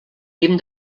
guim